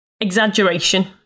exaggeration